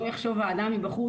לא רק שאנחנו מבינים,